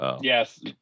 Yes